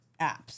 apps